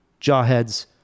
Jawheads